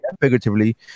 figuratively